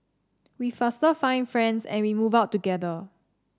we faster find friends and we move out together